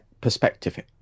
perspective